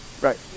right